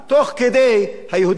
היהודים חיסלו האחד את השני.